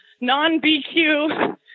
non-BQ